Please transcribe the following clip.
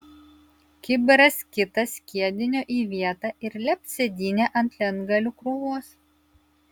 kibiras kitas skiedinio į vietą ir lept sėdynę ant lentgalių krūvos